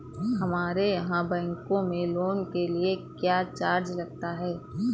हमारे यहाँ बैंकों में लोन के लिए क्या चार्ज लगता है?